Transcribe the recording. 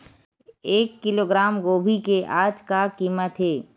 एक किलोग्राम गोभी के आज का कीमत हे?